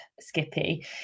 Skippy